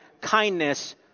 kindness